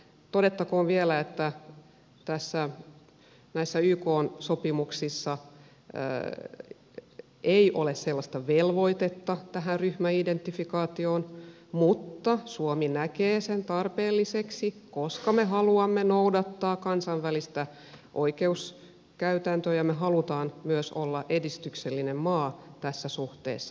todettakoon vielä että näissä ykn sopimuksissa ei ole sellaista velvoitetta tähän ryhmäidentifikaatioon mutta suomi näkee sen tarpeelliseksi koska me haluamme noudattaa kansainvälistä oikeuskäytäntöä ja me haluamme myös olla edistyksellinen maa tässä suhteessa